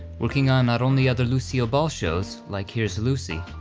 working on not only other lucille ball shows like here's lucy,